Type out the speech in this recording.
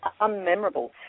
unmemorable